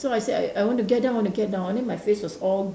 so I said I I want to get down I want to get down and then my face was all